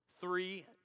Three